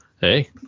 Hey